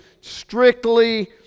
strictly